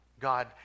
God